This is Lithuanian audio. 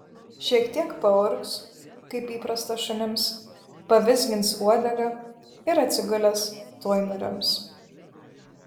šiek tiek paurgs kaip įprasta šunims pavizgins uodega ir atsigulęs tuoj nurims